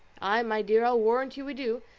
ay, my dear, i'll warrant you we do.